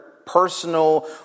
personal